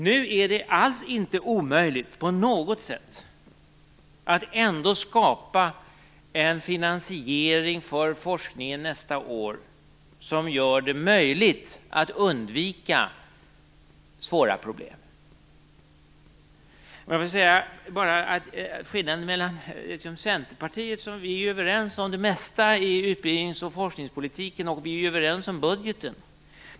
Nu är det alls inte omöjligt att ändå skapa en finansiering för forskningen nästa år som gör det möjligt att undvika svåra problem. Vi är överens med Centerpartiet om det mesta i utbildnings och forskningspolitiken. Vi är också överens om budgeten.